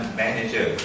manager